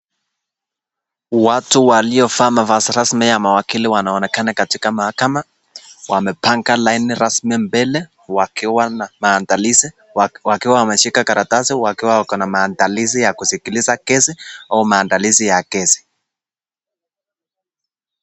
Watu waliovaa mavazi rasmi ya mawakili wanaonekana katika mahakama. Wamepanga laini rasmi mbele wakiwa na maandalizi, wakiwa wameshika karatasi wakiwa na maandilizi ya kusikiliza kesi au maandalizi ya kesi.